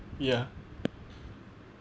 ya